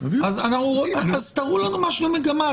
אז תראו לנו מה שינוי המגמה.